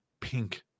pink